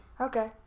Okay